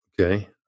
Okay